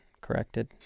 corrected